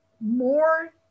more